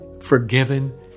forgiven